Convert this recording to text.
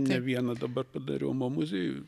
ne vieną dabar padariau mo muziejui